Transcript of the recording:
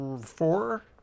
four